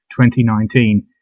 2019